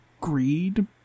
greed